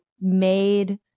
made